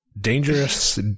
Dangerous